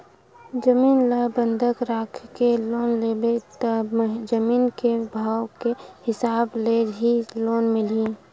जमीन ल बंधक राखके लोन लेबे त जमीन के भाव के हिसाब ले ही लोन मिलही